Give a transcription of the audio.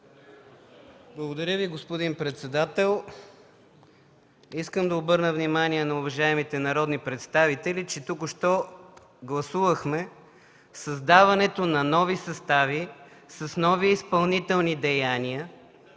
Благодаря Ви, господин председател. Искам да обърна внимание на уважаемите народни представители, че току-що гласувахме създаването на нови състави с нови изпълнителни деяния,